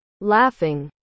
Laughing